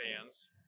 fans